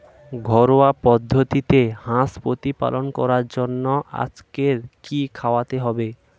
ঘরোয়া পদ্ধতিতে হাঁস প্রতিপালন করার জন্য আজকে কি খাওয়াতে হবে?